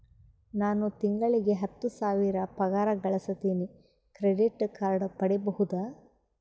ನಾನು ತಿಂಗಳಿಗೆ ಹತ್ತು ಸಾವಿರ ಪಗಾರ ಗಳಸತಿನಿ ಕ್ರೆಡಿಟ್ ಕಾರ್ಡ್ ಪಡಿಬಹುದಾ?